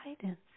guidance